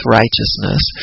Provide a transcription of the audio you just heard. righteousness